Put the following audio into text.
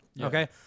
Okay